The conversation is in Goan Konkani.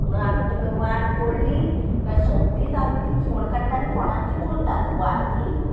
म्हणून आमी ती मागीर वार पडली काय सोमतीच आमी ती फोण काडटा आनी फोणान ती पुरतात वार ती दिवप